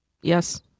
yes